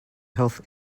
health